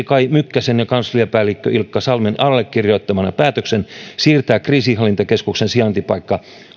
kai mykkäsen ja kansliapäällikkö ilkka salmen allekirjoittamana päätöksen siirtää kriisinhallintakeskuksen sijaintipaikka